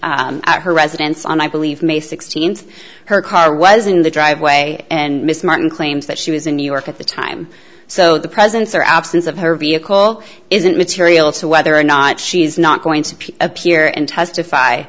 appeared at her residence on i believe may sixteenth her car was in the driveway and miss martin claims that she was in new york at the time so the presence or absence of her vehicle isn't material to whether or not she is not going to appear and testify